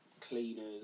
cleaners